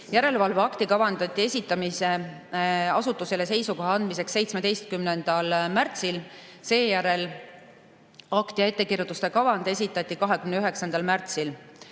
Järelevalveakt kavandati esitamiseks asutusele seisukoha andmiseks 17. märtsil, akt ja ettekirjutuse kavand esitati 29. märtsil.